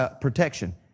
protection